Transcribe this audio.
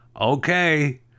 okay